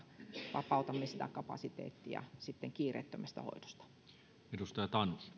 vapautamme sitä kapasiteettia kiireettömästä hoidosta